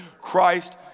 Christ